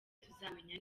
tuzamenya